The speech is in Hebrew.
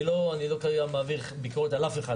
אני לא מעביר ביקורת על מישהו.